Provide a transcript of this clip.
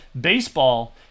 baseball